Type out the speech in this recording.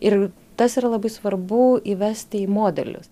ir tas yra labai svarbu įvesti į modelius